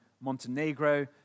Montenegro